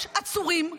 יש עצורים באמ"ן,